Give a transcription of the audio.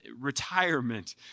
retirement